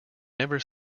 never